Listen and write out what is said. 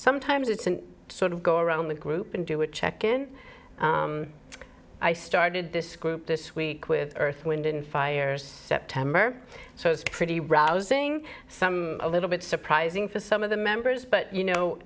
sometimes it's a sort of go around the group and do a check in i started this group this week with earth wind and fire's september so it's pretty rousing some a little bit surprising for some of the members but you know